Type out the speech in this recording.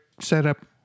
setup